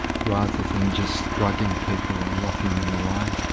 rather than just drugging people and locking them away.